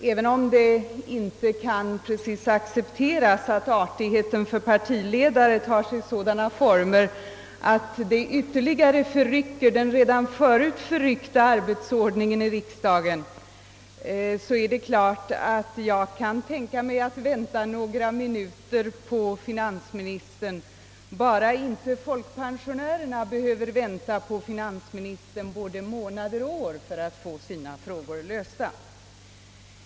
Även om det inte precis kan accepteras att artigheter mot partiledare tar sig sådana former, att den ytterligare förrycker den redan förut förryckta arbetsordningen i riksdagen, är det klart att jag kan tänka mig att vänta några minuter på finansministern, bara inte folkpensionärerna behöver vänta på finansministern både månader och år för att få sina frågor lösta.